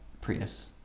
prius